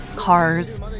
Cars